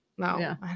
No